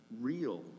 real